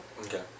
Okay